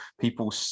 People